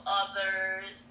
others